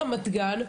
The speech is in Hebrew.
ברמת גן,